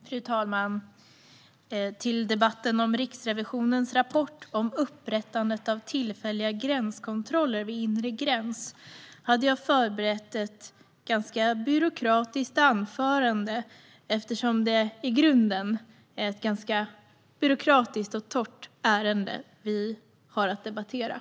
Fru talman! Jag hade förberett ett ganska byråkratiskt anförande till debatten om Riksrevisionens rapport om upprättandet av tillfälliga gränskontroller vid inre gräns, eftersom det i grunden är ett ganska byråkratiskt och torrt ärende vi har att debattera.